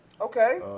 Okay